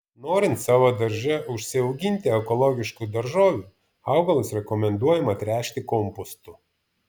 norint savo darže užsiauginti ekologiškų daržovių augalus rekomenduojama tręšti kompostu